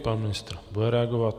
Pan ministr bude reagovat.